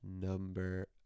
number